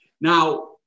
Now